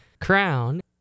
Crown